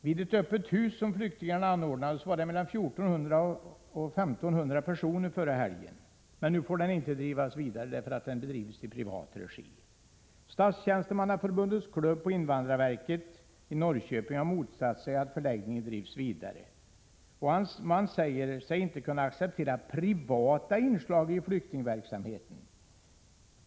Vid ett öppet hus som flyktingarna anordnade var det mellan 1400 och 1 500 personer där förra helgen. Men nu får den inte drivas vidare, därför att det är privat regi. Statstjänstemannaförbundets klubb på invandrarverket i Norrköping har motsatt sig att förläggningen drivs vidare. Man säger sig inte kunna acceptera privata inslag i flyktingverksamheten.